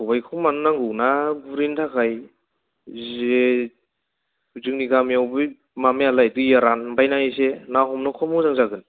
खबाइखौ मानो नांगौ ना गुरहैनो थाखाय जि जोंनि गामिआव बै माबायालाय दैआ रानबायना एसे ना हमनो खम मोजां जागोन